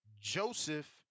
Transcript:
Joseph